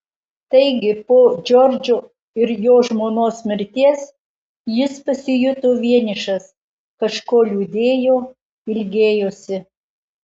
taigi po džordžo ir jo žmonos mirties jis pasijuto vienišas kažko liūdėjo ilgėjosi